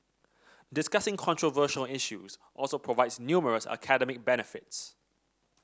discussing controversial issues also provides numerous academic benefits